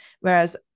whereas